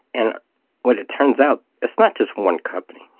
and what it turns out, it's not just one company.